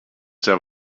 der